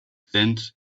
scent